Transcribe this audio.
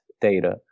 data